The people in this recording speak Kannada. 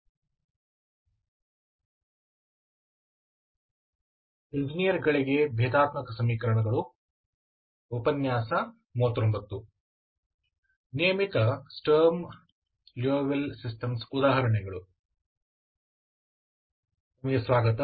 ನಿಯಮಿತ ಸ್ಟರ್ಮ್ ಲೂಯಿಸ್ವಿಲ್ಲೆ ಸಿಸ್ಟಮ್ಸ್ ಉದಾಹರಣೆಗಳು ನಿಮಗೆ ಸ್ವಾಗತ